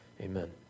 Amen